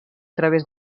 través